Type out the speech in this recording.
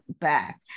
back